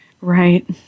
right